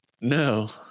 no